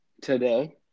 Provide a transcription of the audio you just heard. today